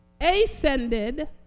ascended